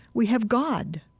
we have god.